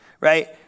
Right